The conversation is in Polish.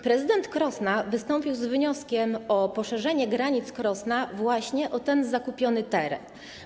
Prezydent Krosna wystąpił z wnioskiem o poszerzenie granic Krosna właśnie o ten zakupiony teren.